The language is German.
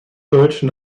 deutschen